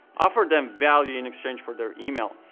offer them value in exchange for their email.